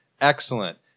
Excellent